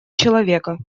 человека